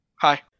Hi